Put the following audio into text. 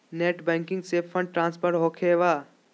Net banking से fund transfer होखें बा?